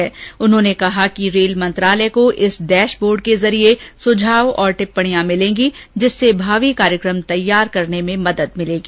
श्री गोयल ने कहा कि रेल मंत्रालय को इस डेशबोर्ड के जरिये सुझाव और टिप्पणियां मिलेंगी जिससे भावी कार्यक्रम तैयार करने में मदद मिलेगी